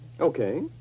Okay